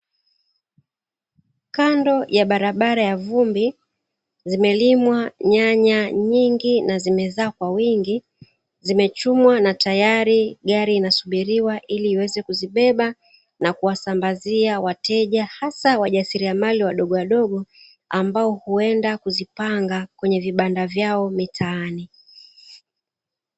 Kando ya barabara ya vumbi, zimelimwa nyanya nyingi na zimezaa kwa wingi, zimechumwa na tayari gari linazisubiriwa ili liweze kuzibeba na kuwasambazia wateja hasa wajasiriamali wadogo wadogo ,ambao huenda kuzipanga kwenye vibanda vyao mitaani.